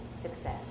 success